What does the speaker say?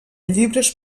llibres